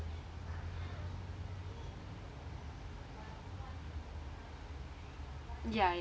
ya